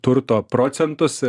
turto procentus